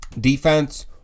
Defense